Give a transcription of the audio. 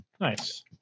Nice